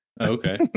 Okay